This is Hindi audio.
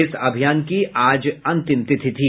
इस अभियान की आज अंतिम तिथि थी